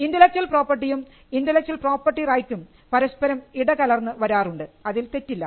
intellectual property യും intellectual property റൈറ്റും പരസ്പരം ഇടകലർന്ന് വരാറുണ്ട് അതിൽ തെറ്റില്ല